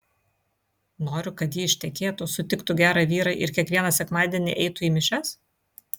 noriu kad ji ištekėtų sutiktų gerą vyrą ir kiekvieną sekmadienį eitų į mišias